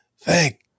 thank